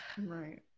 Right